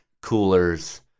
coolers